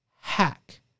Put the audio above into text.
hack